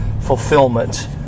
fulfillment